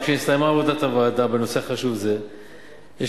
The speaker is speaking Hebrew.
משנסתיימה עבודת הוועדה בנושא חשוב זה,